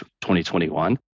2021